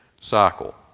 cycle